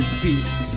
peace